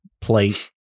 plate